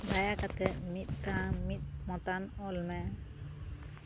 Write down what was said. ᱫᱟᱭᱟ ᱠᱟᱛᱮᱫ ᱢᱤᱫᱴᱟᱝ ᱢᱤᱫ ᱢᱚᱛᱟᱱ ᱚᱞ ᱢᱮ